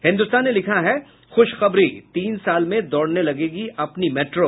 हिन्दुस्तान ने लिखा है ख्शखबरी तीन साल में दौड़ने लगेगी अपनी मेट्रो